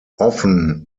often